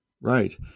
Right